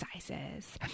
sizes